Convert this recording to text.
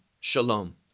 shalom